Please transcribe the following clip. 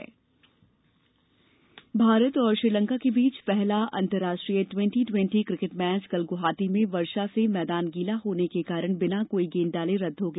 cricket Bharat और श्रीलंका के बीच पहला अंतर्राष्ट्रीय द्वेंटी ट्वेंटी क्रिकेट मैच कल ग्वाहाटी में वर्षा से मैदान गीला होने के कारण बिना कोई गेंद डाले रद्द हो गया